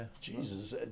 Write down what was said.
Jesus